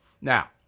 Now